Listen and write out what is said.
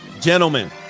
Gentlemen